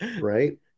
right